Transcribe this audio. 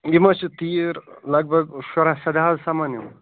یِم حظ چھِ تیٖر لگ بگ شُراہ سَداہ حظ سمن یِِم